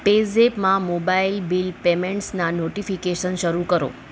પેઝેપમાં mobile bill પેમેંટસના notification શરૂ કરો